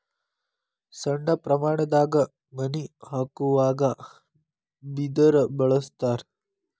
ಸಣ್ಣ ಪ್ರಮಾಣದಾಗ ಮನಿ ಹಾಕುವಾಗ ಬಿದರ ಬಳಸ್ತಾರ